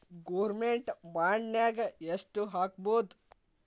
Government ಬಾಂಡ್ನಾಗ್ ಯೆಷ್ಟ್ ಹಾಕ್ಬೊದು?